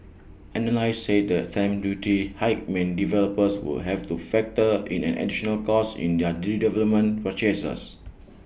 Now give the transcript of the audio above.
analysts said the stamp duty hike meant developers would have to factor in an additional cost in their redevelopment purchases